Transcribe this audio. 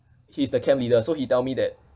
he's the camp leader so he tell me that